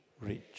rich